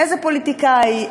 איזה פוליטיקאי,